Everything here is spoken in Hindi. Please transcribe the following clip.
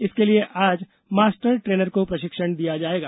इसके लिये आज मास्टर ट्रेनर को प्रशिक्षण दिया जाएगा